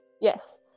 Yes